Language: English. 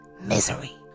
misery